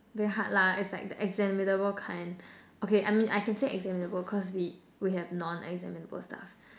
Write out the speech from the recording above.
very hard lah it's like an examinable kind okay I mean I can say examinable cause we we have non examinable stuff